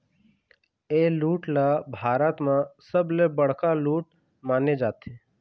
ए लूट ल भारत म सबले बड़का लूट माने जाथे